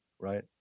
right